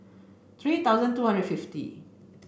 three thousand two hundred fifty